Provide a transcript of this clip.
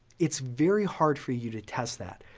it's very hard for you to test that.